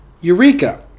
Eureka